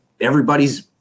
everybody's